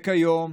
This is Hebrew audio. כיום,